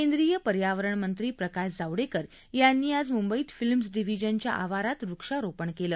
केंद्रीय पर्यावरणमंत्री प्रकाश जावडेकर यांनी आज मुंबईत फिल्म्स डिव्हिजनच्या आवारात वृक्षारोपण केलं